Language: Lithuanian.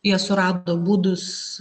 jie surado būdus